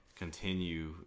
continue